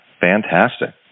fantastic